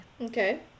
okay